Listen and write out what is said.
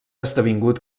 esdevingut